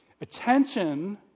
Attention